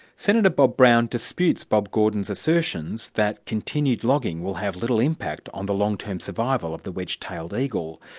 senator bob brown disputes bob gordon's assertions that continued logging will have little impact on the long-term survival of the wedge-tailed eagle.